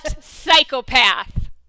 psychopath